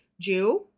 Jew